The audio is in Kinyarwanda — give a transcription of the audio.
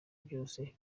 byose